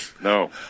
No